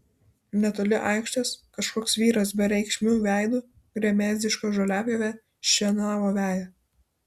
netoli aikštės kažkoks vyras bereikšmiu veidu gremėzdiška žoliapjove šienavo veją